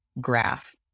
graph